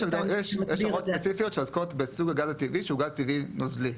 יש הוראות ספציפיות שעוסקות בסוג הגז הטבעי שהוא גז טבעי נוזלי.